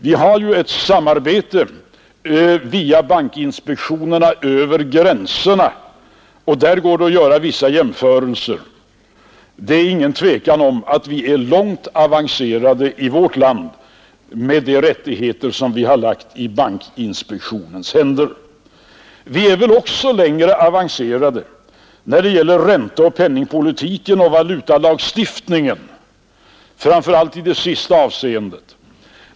Vi har ju ett samarbete via bankinspektionerna över gränserna, och där går det att göra vissa jämförelser. Det är ingen tvekan om att vi är långt avancerade i vårt land med de rättigheter som vi har lagt i bankinspektionens händer. Vi är väl också längre avancerade när det gäller ränteoch penningpolitiken och valutalagstiftningen, framför allt i det sistnämnda avseendet.